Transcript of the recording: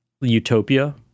utopia